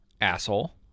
asshole